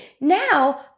now